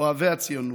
אוהבי הציונות.